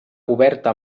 coberta